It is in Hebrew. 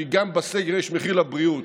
כי גם בסגר יש מחיר לבריאות.